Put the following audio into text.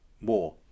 more